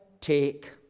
take